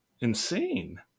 insane